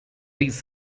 these